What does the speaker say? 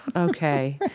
ok.